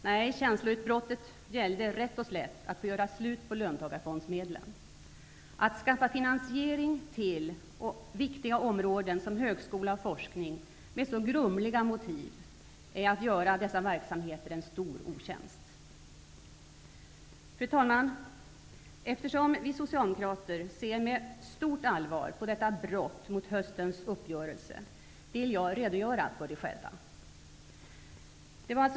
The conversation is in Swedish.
Nej, känsloutbrottet gällde rätt och slätt att få göra slut på löntagarfondsmedlen. Att skaffa finansiering till viktiga områden som högskola och forskning med så grumliga motiv är att göra dessa verksamheter en stor otjänst. Fru talman! Eftersom vi Socialdemokrater ser med stort allvar på detta brott mot höstens uppgörelse vill jag redogöra för det skedda.